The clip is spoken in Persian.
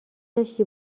داشتی